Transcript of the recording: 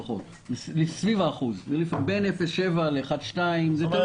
סביב 1%. בין 0.7% 1.2%, תלוי ביום.